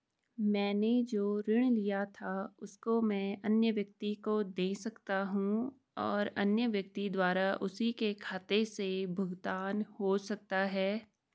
मैंने जो ऋण लिया था उसको मैं अन्य व्यक्ति को दें सकता हूँ और अन्य व्यक्ति द्वारा उसी के खाते से भुगतान हो सकता है?